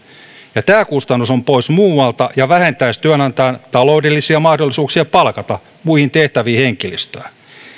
ja tämä kustannus on pois muualta ja vähentäisi työnantajan taloudellisia mahdollisuuksia palkata muihin tehtäviin henkilöstöä